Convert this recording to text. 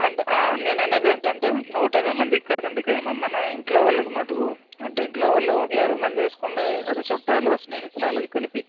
అంటే నేను అనేది ఏంటంటే నూట ఇరవై మందికి కాదండి కైమా మన ఇంట్లో వోళ్ళకి మట్టుకు అంటే ఇంట్లో వాళ్ళు ఒక యాభై మంది వేసుకోండి అదే చుట్టాలు స్నేహితులు అలాగా కలిపి